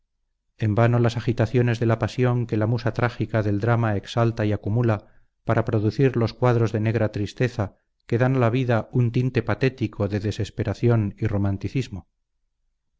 en vano las agitaciones de la pasión que la musa trágica del drama exalta y acumula para producir los cuadros de negra tristeza que dan a la vida un tinte patético de desesperación y romanticismo